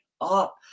up